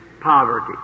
poverty